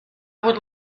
would